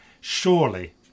Surely